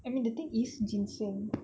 I mean the thing is ginseng